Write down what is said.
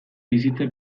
bizitza